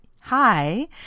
hi